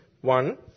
One